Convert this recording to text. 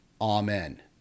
Amen